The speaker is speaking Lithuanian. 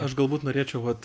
aš galbūt norėčiau vat